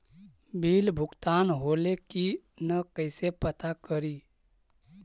Bill भुगतान होले की न कैसे पता करी?